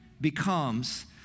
becomes